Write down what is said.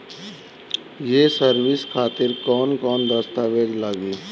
ये सर्विस खातिर कौन कौन दस्तावेज लगी?